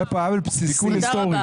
בסיסי.